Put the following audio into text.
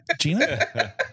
Gina